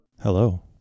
Hello